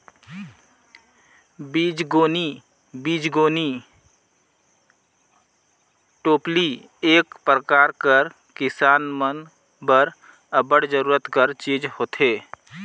बीजगोनी बीजगोनी टोपली एक परकार कर किसान मन बर अब्बड़ जरूरत कर चीज होथे